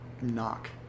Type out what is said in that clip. knock